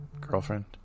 girlfriend